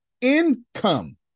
income